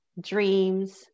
dreams